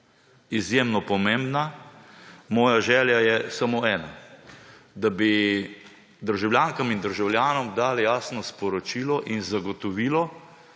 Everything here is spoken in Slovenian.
Izjemno pomembna. Moja želja je samo ena, da bi državljankam in državljanom dali jasno sporočilo in zagotovilo,